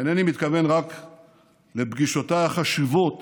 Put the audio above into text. אני נוסע מכאן לחברון כדי להשתתף